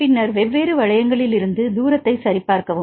பின்னர் வெவ்வேறு வளையங்களிலிருந்து தூரத்தை சரிபார்க்கவும்